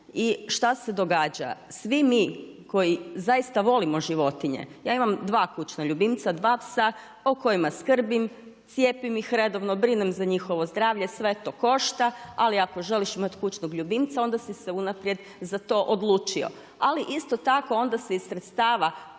I šta se događa? Svi mi koji zaista volimo životinje. Ja imam 2 kućna ljubimca, 2 psa o kojima skrbim cijepim ih redovno, brinem za njihovo zdravlje. Sve to košta, ali ako želiš imati kućnog ljubimca onda si se unaprijed za to odlučio. Ali isto tako onda se iz sredstava